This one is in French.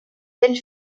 belle